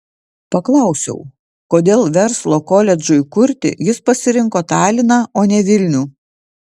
paklausiau kodėl verslo koledžui kurti jis pasirinko taliną o ne vilnių